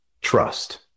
trust